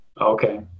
Okay